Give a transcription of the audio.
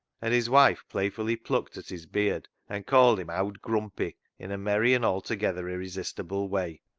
and his wife playfully plucked at his beard and called him owd grumpy in a merry and altogether irresistible way.